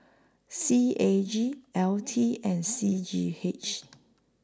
C A G L T and C G H